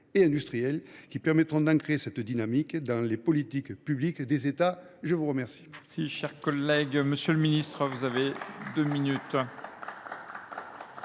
et industriels qui permettront d’ancrer cette dynamique dans les politiques publiques des États. La parole